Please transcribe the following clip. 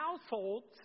households